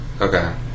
Okay